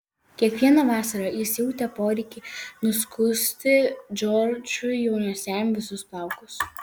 kiekvieną vasarą jis jautė poreikį nuskusti džordžui jaunesniajam visus plaukus